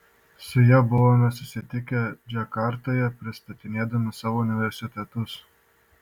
su ja buvome susitikę džakartoje pristatinėdami savo universitetus